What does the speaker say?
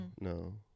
no